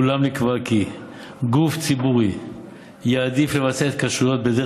אולם נקבע כי גוף ציבורי יעדיף לבצע התקשרויות בדרך